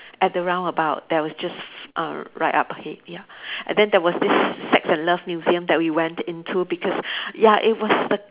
at the roundabout that was just err right up ahead ya and then there was this sex and love museum that we went into because ya it was the